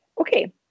Okay